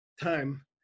time